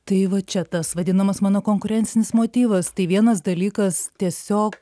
tai va čia tas vadinamas mano konkurencinis motyvas tai vienas dalykas tiesiog